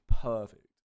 perfect